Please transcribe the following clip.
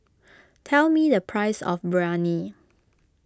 tell me the price of Biryani